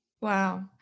Wow